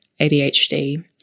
ADHD